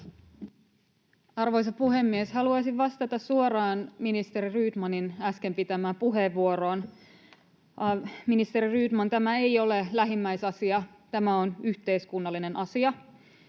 Arvoisa puhemies! Haluaisin vastata suoraan ministeri Rydmanin äsken pitämään puheenvuoroon. Ministeri Rydman, tämä ei ole lähimmäisasia, tämä on yhteiskunnallinen asia.